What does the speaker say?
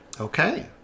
Okay